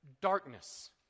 darkness